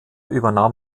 übernahm